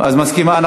מסכימה.